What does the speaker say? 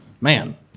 man